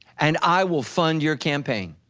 and i will fund your campaign.